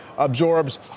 absorbs